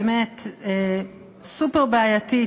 הבאמת-סופר-בעייתית,